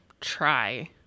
try